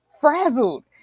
frazzled